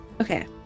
Okay